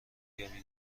یابی